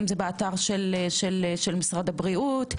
אם זה באתר של משדר הבריאות,